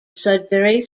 sudbury